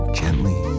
gently